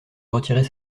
retirer